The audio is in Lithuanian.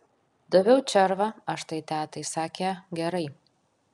daviau červą aš tai tetai sakė gerai